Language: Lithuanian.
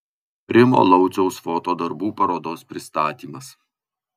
rimo lauciaus foto darbų parodos pristatymas